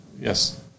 yes